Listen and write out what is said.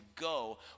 go